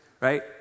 right